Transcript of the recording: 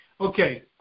Okay